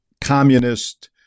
communist